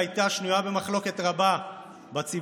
שהייתה שנויה במחלוקת רבה בציבור,